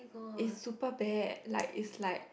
is super bad like is like